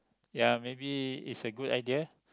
ya maybe is a good idea